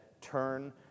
turn